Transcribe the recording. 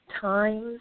times